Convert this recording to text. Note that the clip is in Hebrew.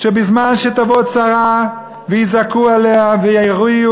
"שבזמן שתבוא צרה ויזעקו עליה ויריעו